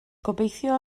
gobeithio